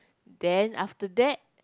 then after that